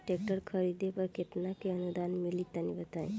Tractor खरीदे पर कितना के अनुदान मिली तनि बताई?